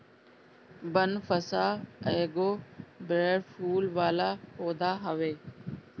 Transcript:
बनफशा एगो बड़ फूल वाला पौधा हवे